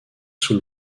sous